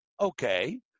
Okay